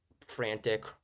frantic